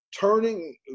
turning